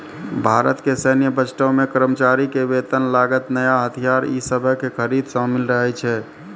भारतो के सैन्य बजटो मे कर्मचारी के वेतन, लागत, नया हथियार इ सभे के खरीद शामिल रहै छै